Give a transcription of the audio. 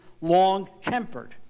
long-tempered